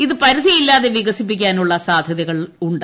ഇത് പരിധിയില്ലാതെ വികസിപ്പിക്കാനുള്ള സാധ്യതകളുണ്ട്